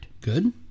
Good